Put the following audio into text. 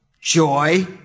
joy